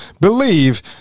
believe